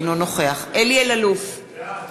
אינו נוכח אלי אלאלוף,